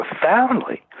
profoundly